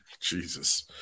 jesus